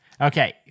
Okay